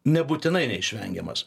nebūtinai neišvengiamas